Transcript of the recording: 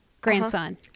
grandson